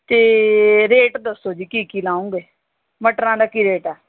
ਅਤੇ ਰੇਟ ਦੱਸੋ ਜੀ ਕੀ ਕੀ ਲਾਊਗੇ ਮਟਰਾਂ ਦਾ ਕੀ ਰੇਟ ਆ